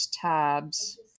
tabs